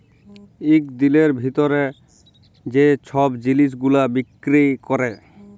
ইক দিলের ভিতরে যে ছব জিলিস গুলা বিক্কিরি ক্যরে